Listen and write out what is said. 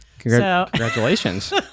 Congratulations